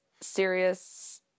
serious